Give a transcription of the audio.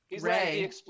Ray